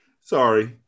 Sorry